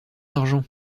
argent